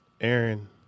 Aaron